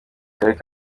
karere